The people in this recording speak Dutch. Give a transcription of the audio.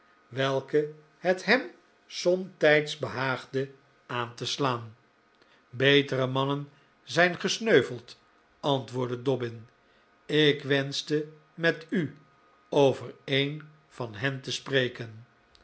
welken het hem somtijds behaagde aan te slaan betere mannen zijn gesneuveld antwoordde dobbin ik wenschte met u over een van hen te spreken